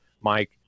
Mike